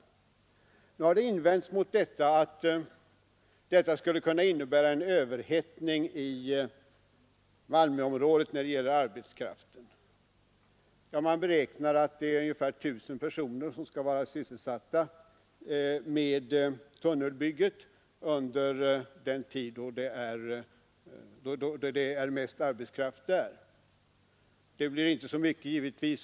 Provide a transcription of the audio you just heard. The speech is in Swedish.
Mot detta har invänts att det skulle kunna innebära en överhettning i Malmöområdet när det gäller arbetskraften. Man beräknar att ungefär 1 000 personer skall vara sysselsatta med tunnelbygget under den tid då det går åt mest arbetskraft där.